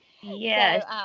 Yes